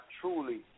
truly